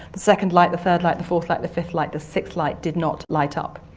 the second light, the third light, the fourth light, the fifth light, the sixth light did not light up.